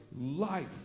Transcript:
life